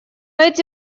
эти